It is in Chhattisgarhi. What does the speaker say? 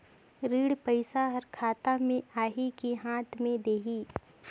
ऋण पइसा हर खाता मे आही की हाथ मे देही?